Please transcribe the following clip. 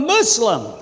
Muslim